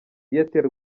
airtel